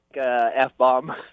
F-bomb